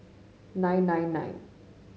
nine nine nine